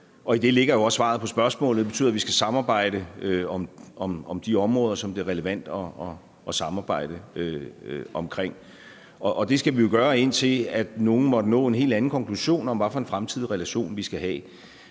Og i det ligger jo også svaret på spørgsmålet. Det betyder, at vi skal samarbejde om de områder, som det er relevant at samarbejde om. Og det skal vi gøre, indtil nogle måtte nå til en helt anden konklusion om, hvilken fremtidig relation vi skal have.